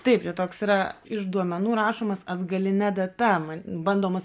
taip čia toks yra iš duomenų rašomas atgaline data man bandomas